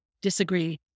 disagree